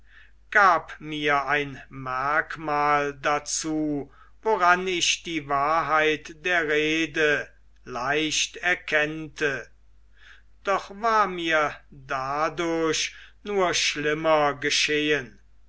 gab mir ein merkmal dazu woran ich die wahrheit der rede leicht erkennte doch war mir dadurch nur schlimmer geschehen